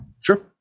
Sure